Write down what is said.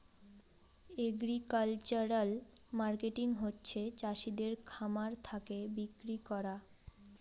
agricultural marketing হচ্ছে চাষিদের খামার থাকে বিক্রি করা